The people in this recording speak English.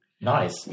nice